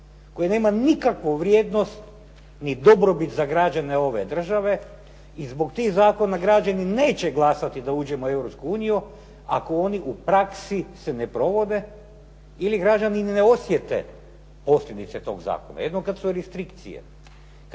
koji nema nikakvu vrijednost ni dobrobit za građane ove države i zbog tih zakona građani neće glasati da uđemo u Europsku uniju ako oni u praksi se ne provode ili građani ni ne osjete posljedice tog zakona, jedino kad su restrikcije,